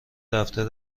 دفتر